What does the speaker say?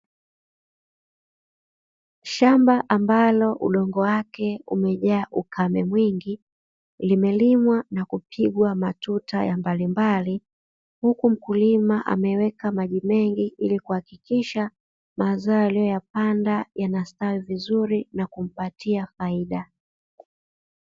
Shamba ambalo udongo wake umejaa ukame mwingi limelimwa na kupigwa matuta ya mbalimbali, huku mkulima ameweka maji mengi ili kuhakikisha mazao aliyoyapanda yanastawi vizuri na kumpatia faida.